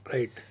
Right